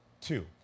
two